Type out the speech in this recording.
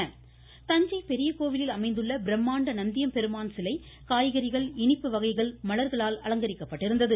Thanjai voice Thanjai பெரியகோவிலில் அமைந்துள்ள பிரம்மாண்ட நந்தியம்பெருமான் சிலை காய்கறிகள் இனிப்பு வகைகள் மலர்களால் அலங்கரிக்கப்பட்டிருந்தது